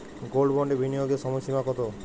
Gold বন্ডে বিনিয়োগের সময়সীমা কতো?